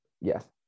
yes